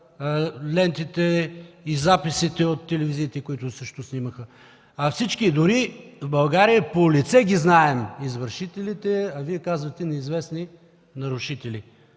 лентите и записите от телевизиите, които също снимаха. Всички в България по лице ги знаем извършителите, а Вие казвате „неизвестни нарушители“,